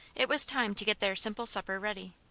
it was time to get their simple supper ready.